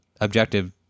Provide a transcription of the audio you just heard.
objective